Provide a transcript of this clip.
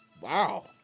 Wow